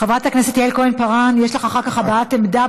חברת הכנסת יעל כהן-פארן, יש לך אחר כך הבעת עמדה.